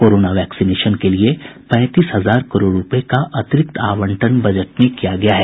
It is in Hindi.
कोरोना वैक्सीनेशन के लिए पैंतीस हजार करोड़ रूपये का अतिरिक्त आवंटन बजट में किया गया है